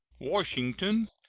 washington,